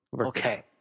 Okay